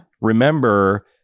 Remember